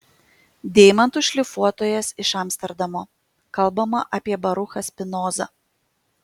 deimantų šlifuotojas iš amsterdamo kalbama apie baruchą spinozą